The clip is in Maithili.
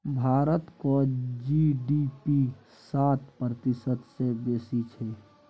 भारतक जी.डी.पी सात प्रतिशत सँ बेसी छै